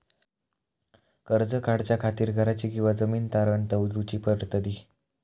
कर्ज काढच्या खातीर घराची किंवा जमीन तारण दवरूची पडतली?